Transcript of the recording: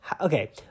Okay